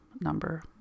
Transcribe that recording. number